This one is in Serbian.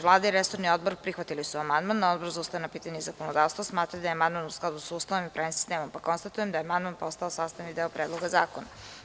Vlada i resorni odbor prihvatili su amandman, a Odbor za ustavna pitanja i zakonodavstvo smatra da je amandman u skladu sa Ustavom i pravnim sistemom, pa konstatujem da je amandman postao sastavni deo Predloga zakona.